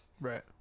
Right